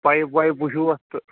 pipe وایپ وُچھو اَتھ تہٕ